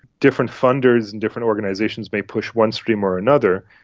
different funders and different organisations may push one stream or another,